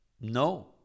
No